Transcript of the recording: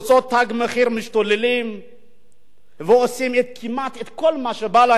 "תג מחיר" משתוללות ועושות כמעט כל מה שבא להן.